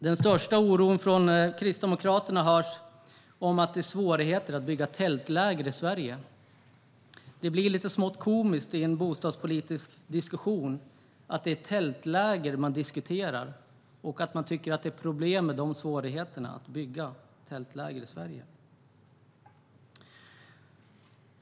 Den största oron från Kristdemokraterna handlar om att det är svårigheter när det gäller att bygga tältläger i Sverige. Det blir lite smått komiskt att det som man diskuterar i en bostadspolitisk debatt är tältläger och att man tycker att det är problem när det gäller svårigheterna att bygga tältläger i Sverige.